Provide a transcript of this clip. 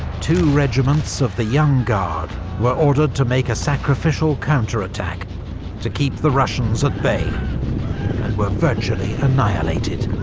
two regiments of the young guard were ordered to make a sacrificial counterattack to keep the russians at bay. and were virtually annihilated.